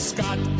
Scott